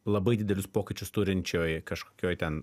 labai didelius pokyčius turinčioj kažkokioj ten